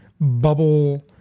bubble